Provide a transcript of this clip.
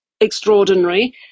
extraordinary